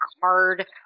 card